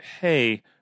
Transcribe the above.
hey